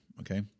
okay